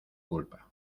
culpa